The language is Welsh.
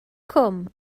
cwm